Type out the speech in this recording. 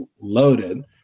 loaded